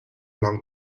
along